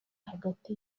hagati